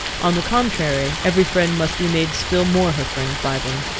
on the contrary, every friend must be made still more her friend by them.